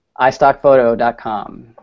iStockphoto.com